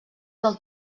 del